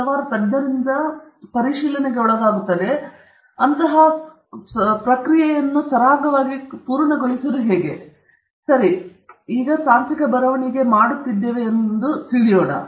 ಸರಿ ಇದೀಗ ನಾವು ತಾಂತ್ರಿಕ ಬರವಣಿಗೆಯನ್ನು ಮಾಡುತ್ತಿರುವೆವು ಎಂಬುದನ್ನು ನೋಡೋಣ